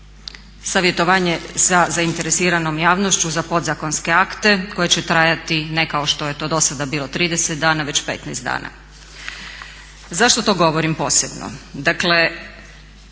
savjetovanje sa zainteresiranom javnošću za podzakonske akte koji će trajati ne kao što je to dosada bilo 30 dana već 15 dana. Zašto to govorim posebno?